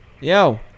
Yo